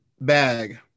bag